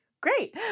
great